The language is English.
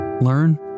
learn